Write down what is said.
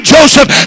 Joseph